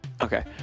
Okay